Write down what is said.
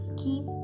keep